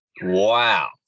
Wow